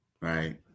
right